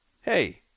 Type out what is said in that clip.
Hey